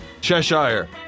Cheshire